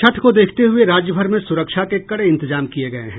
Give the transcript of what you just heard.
छठ को देखते हुये राज्यभर में सुरक्षा के कड़े इंतजाम किये गये हैं